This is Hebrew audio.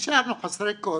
נשארנו חסרי כל.